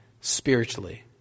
spiritually